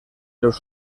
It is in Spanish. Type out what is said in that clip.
los